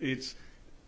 it's